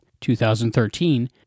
2013